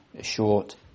short